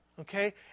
Okay